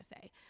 say